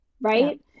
Right